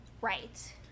Right